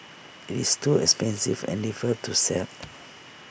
IT is too expensive and difficult to sell